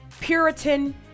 Puritan